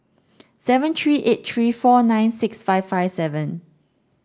seven three eight three four nine six five five seven